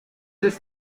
ist